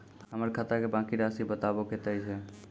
हमर खाता के बाँकी के रासि बताबो कतेय छै?